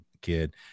kid